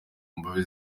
nkambi